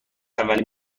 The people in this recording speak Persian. اولین